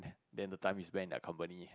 than the time you spend in their company